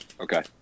Okay